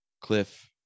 Cliff